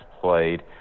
played